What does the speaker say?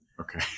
Okay